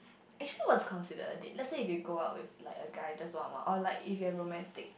actually what's considered a date let's say if you go out with like a guy just one on one or like if you have romantic